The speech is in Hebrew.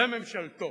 וממשלתו,